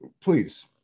please